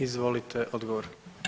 Izvolite odgovor.